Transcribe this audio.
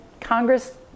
Congress